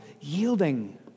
yielding